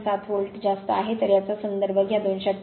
7 volt जास्त आहे तर याचा संदर्भ घ्या 288